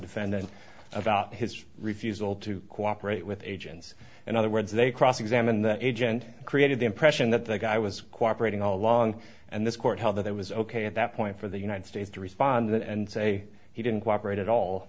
defendant about his refusal to cooperate with agents in other words they cross examine that agent created the impression that the guy was cooperated all along and this court held that it was ok at that point for the united states to respond and say he didn't cooperate at all